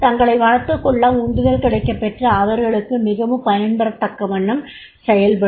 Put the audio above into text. தங்களை வளர்த்துக் கொள்ள உந்துதல் கிடைக்கப் பெற்று அவர்களுக்கு மிகவும் பயன்பெறத் தக்கவண்ணம் செயல்படும்